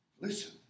Listen